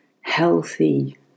healthy